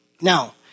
Now